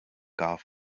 golf